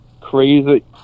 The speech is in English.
crazy